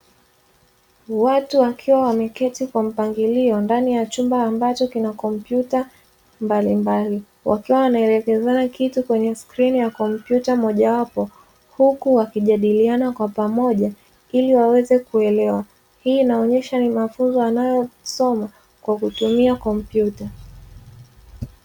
Watu wakiwa wameketi kwa mpangilio ndani ya chumba ambacho kina kompyuta mbalimbali, wakiwa wanaelekezana kitu kwenye skrini ya kompyuta moja wapo, huku wakijadiliana kwa pamoja ili waweze kuelewa. Hii inaonyesha ni mafunzo wanayosoma kwa kutumia kompyuta.